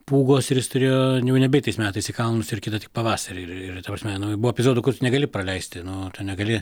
pūgos ir jis turėjo jau nebeit tais metais į kalnus ir kitą tik pavasarį ir ir ta prasme nu buvo epizodų kur negali praleisti nu tu negali